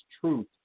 truth